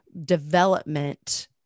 development